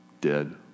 dead